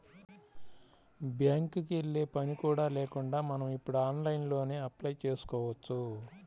బ్యేంకుకి యెల్లే పని కూడా లేకుండా మనం ఇప్పుడు ఆన్లైన్లోనే అప్లై చేసుకోవచ్చు